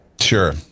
Sure